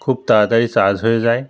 খুব তাড়াতাড়ি চার্জ হয়ে যায়